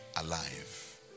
alive